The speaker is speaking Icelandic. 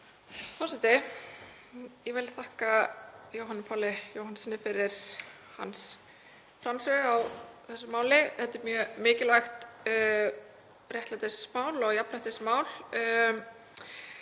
Forseti. Ég vil þakka hv. þm. Jóhanni Páli Jóhannssyni fyrir hans framsögu á þessu máli. Þetta er mjög mikilvægt réttlætismál og jafnréttismál.